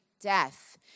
death